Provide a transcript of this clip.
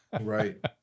Right